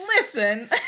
listen